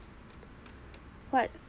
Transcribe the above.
what